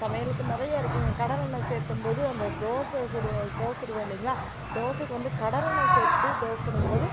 சமையலுக்கு நிறைய இருக்குதுங்க கடலெண்ணெய் சேத்தும் போது அந்த தோசை சுடவோ தோசை சுடுவோம் இல்லைங்களா தோசைக்கு வந்து கடலெண்ணெய் சேர்த்து தோசை சுடும் போது